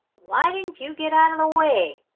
why didn't you get out of the way!